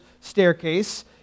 staircase